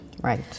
Right